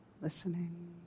listening